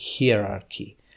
hierarchy